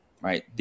right